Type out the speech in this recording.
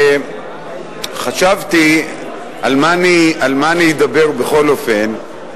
וחשבתי על מה אני אדבר בכל אופן,